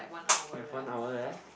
have one hour left